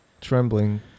trembling